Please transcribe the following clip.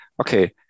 okay